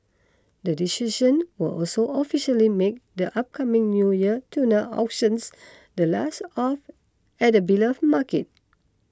the decision will also officially make the upcoming New Year tuna auctions the last at the beloved market